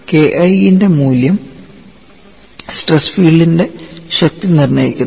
K I ന്റെ മൂല്യം stress ഫീൽഡിന്റെ ശക്തി നിർണ്ണയിക്കുന്നു